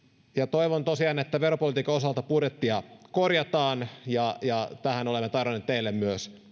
toivon tosiaan että veropolitiikan osalta budjettia korjataan ja ja tähän olemme tarjonneet teille myös